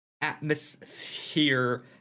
atmosphere